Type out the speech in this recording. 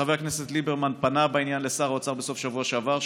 חבר הכנסת ליברמן פנה בעניין לשר האוצר בסוף השבוע שעבר,